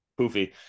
poofy